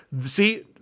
See